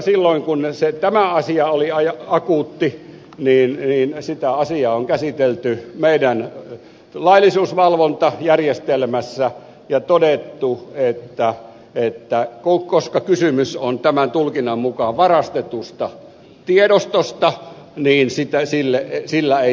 silloin kun tämä asia oli akuutti sitä asiaa on käsitelty meidän laillisuusvalvontajärjestelmässämme ja todettu että koska kysymys on tämän tulkinnan mukaan varastetusta tiedostosta niin sillä ei tehdä mitään